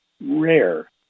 rare